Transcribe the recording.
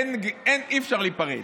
אי-אפשר להיפרד.